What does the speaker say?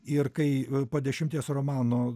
ir kai po dešimties romanų